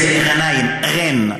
ר'נאים, רי"ן.